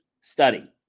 study